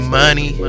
money